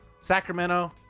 Sacramento